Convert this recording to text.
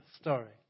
story